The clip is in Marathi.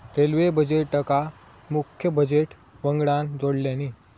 रेल्वे बजेटका मुख्य बजेट वंगडान जोडल्यानी